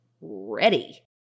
ready